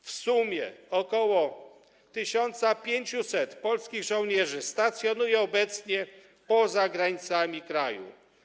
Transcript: W sumie ok. 1500 polskich żołnierzy stacjonuje obecnie poza granicami kraju.